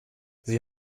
sie